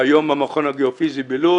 שהיום הוא המכון הגיאו-פיזי בלוד,